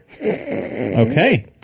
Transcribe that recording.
Okay